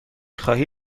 خواهی